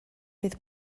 fydd